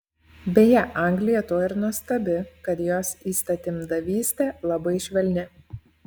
beje anglija tuo ir nuostabi kad jos įstatymdavystė labai švelni